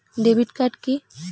Debit card key?